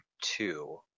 two